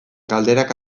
galderak